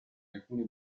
alcune